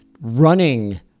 running